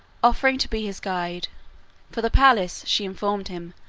offering to be his guide for the palace, she informed him,